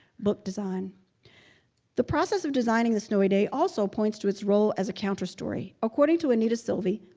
book design the process of designing the snowy day also points to its role as a counterstory. according to anita silvey,